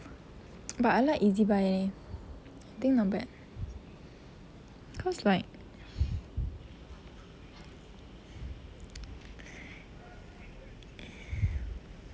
but I like Ezbuy leh think not bad cause like